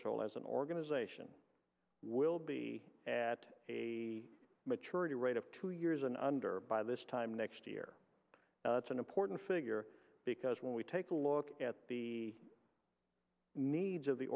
patrol as an organization will be at a maturity rate of two years and under by this time next year that's an important figure because when we take a look at the needs of the